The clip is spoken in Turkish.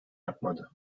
yapmadı